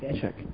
Check